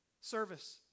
service